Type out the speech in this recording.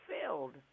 filled